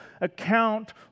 account